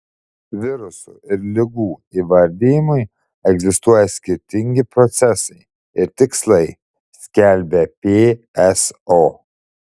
virusų ir ligų įvardijimui egzistuoja skirtingi procesai ir tikslai skelbia pso